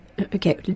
okay